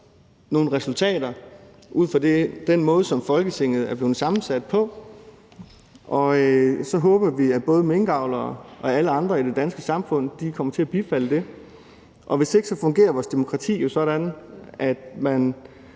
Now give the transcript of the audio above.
nogle resultater ud fra den måde, som Folketinget er blevet sammensat på, og så håber vi, at både minkavlere og alle andre i det danske samfund kommer til at bifalde det. Hvis ikke de gør det, fungerer vores demokrati jo sådan, at man